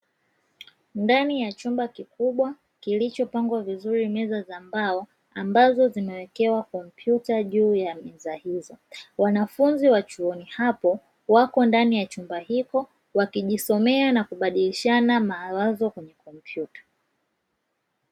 Ndani ya chumba, kikubwa kilichopangwa vizuri meza za mbao ambazo zimewekewa kompyuta juu ya meza hizo. Wanafunzi wa chuoni hapo wako ndani ya chumba hicho, wakijisomea na kubadilishana mawazo kwenye kompyuta.